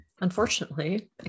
unfortunately